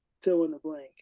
fill-in-the-blank